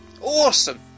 Awesome